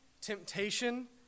temptation